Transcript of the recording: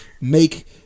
make